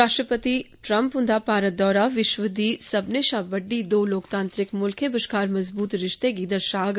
राश्ट्रपति ट्रंप हुंदा भारत दौरा विश्व दी सब्बने शा बड्डे दो लोकतांत्रिक मुल्खें बश्कार मजबूत रिश्ते गी दर्शाग